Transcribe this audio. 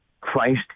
Christ